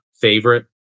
favorite